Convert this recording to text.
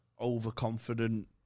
overconfident